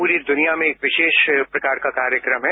पूरी दुनिया में एक विशेष प्रकार का कार्यक्रम है